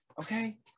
Okay